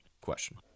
question